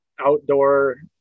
outdoor